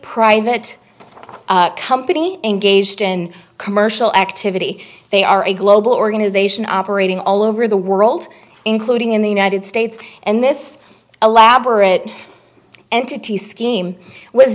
private company engaged in commercial activity they are a global organisation operating all over the world including in the united states and this elaborate entity scheme was